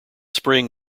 spring